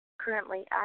currently